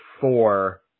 four